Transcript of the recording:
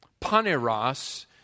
Paneros